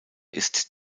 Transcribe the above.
ist